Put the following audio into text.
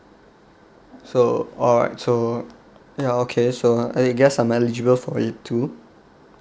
so alright so ya okay so I guess I'm eligible for it too